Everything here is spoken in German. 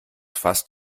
fast